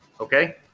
Okay